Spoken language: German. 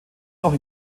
noch